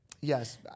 yes